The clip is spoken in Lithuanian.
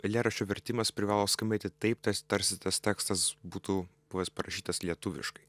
eilėraščio vertimas privalo skambėti taip tas tarsi tas tekstas būtų buvęs parašytas lietuviškai